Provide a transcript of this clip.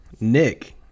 Nick